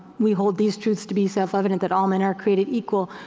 we hold these truths to be self-evident, that all men are created equal.